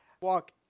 walk